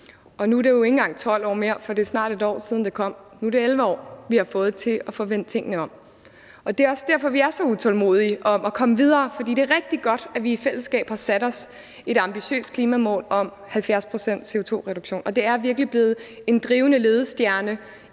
nu er det jo ikke engang 12 år mere, for det er snart et år siden, det kom fra dem. Nu er det 11 år, vi har fået, til at få vendt tingene om. Det er også derfor, vi er så utålmodige for at komme videre, for det er rigtig godt, at vi i fællesskab har sat os et ambitiøst klimamål om 70 pct. CO2-reduktion, og det er virkelig blevet en drivende ledestjerne